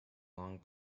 long